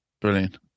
Brilliant